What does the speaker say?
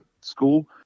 school